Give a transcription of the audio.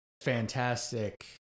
fantastic